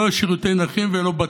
לא שירותי נכים ולא בטיח.